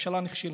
והממשלה נכשלה.